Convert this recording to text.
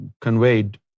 conveyed